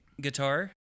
guitar